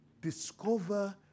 Discover